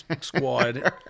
squad